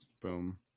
Boom